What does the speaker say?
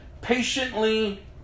Patiently